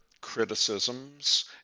criticisms